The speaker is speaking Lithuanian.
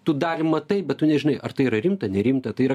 tu dalį matai bet tu nežinai ar tai yra rimta nerimta tai yra